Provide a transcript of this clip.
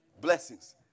blessings